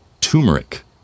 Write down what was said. turmeric